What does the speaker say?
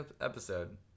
episode